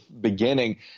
beginning